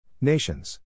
Nations